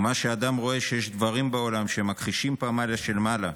ומה שהאדם רואה שיש דברים בעולם שהם מכחישים פמליה של מעלה,